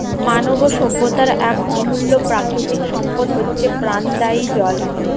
মানব সভ্যতার এক অমূল্য প্রাকৃতিক সম্পদ হচ্ছে প্রাণদায়ী জল